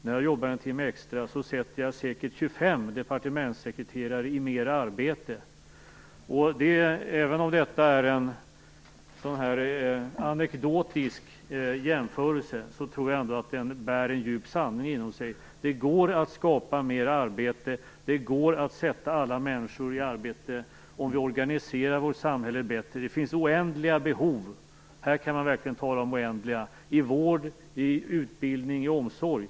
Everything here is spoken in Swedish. När jag jobbar en timma extra sätter jag säkert 25 departementssekreterare i mera arbete. Även om detta är en anekdotisk jämförelse, tror jag ändå att den bär en djup sanning inom sig. Det går att skapa mer arbete. Det går att sätta alla människor i arbete om vi organiserar vårt samhälle bättre. Det finns oändliga behov - och här kan man verkligen tala om oändliga - i vård, utbildning och omsorg.